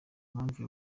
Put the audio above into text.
mpamvu